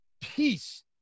peace